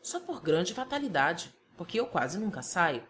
só por grande fatalidade porque eu quase nunca saio